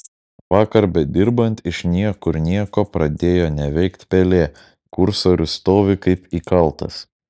vakar bedirbant iš niekur nieko pradėjo neveikt pelė kursorius stovi kaip įkaltas